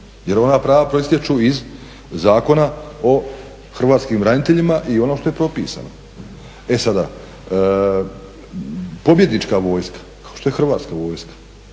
jer ona prava proistječu iz zakona o hrvatskih branitelja i ono što je propisano. E sada, pobjednička vojska kao što je Hrvatska vojska